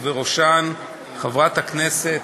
ובראשם חברות הכנסת